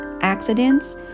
accidents